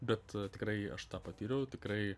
bet tikrai aš tą patyriau tikrai